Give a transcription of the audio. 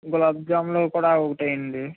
గులాబ్ జాములు కూడా ఒకటి వేయండి